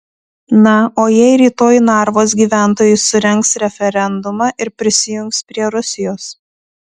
na o jei rytoj narvos gyventojai surengs referendumą ir prisijungs prie rusijos